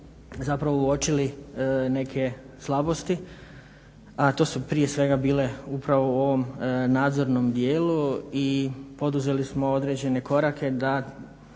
zapravo uočili neke slabosti, a to su prije svega bile upravo u ovom nadzornom dijelu i poduzeli smo određene korake da